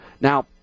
Now